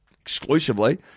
exclusively